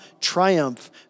triumph